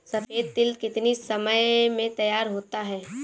सफेद तिल कितनी समय में तैयार होता जाता है?